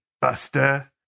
buster